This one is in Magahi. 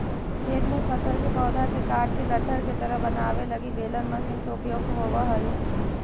खेत में फसल के पौधा के काटके गट्ठर के तरह बनावे लगी बेलर मशीन के उपयोग होवऽ हई